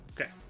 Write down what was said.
Okay